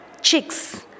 Chicks